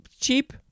cheap